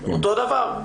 אותו דבר.